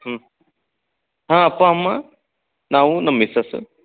ಹ್ಞೂ ಹಾಂ ಅಪ್ಪ ಅಮ್ಮ ನಾವು ನಮ್ಮ ಮಿಸ್ಸಸ್